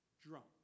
drunk